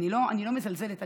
אני לא מזלזלת,